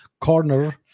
corner